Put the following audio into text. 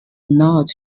not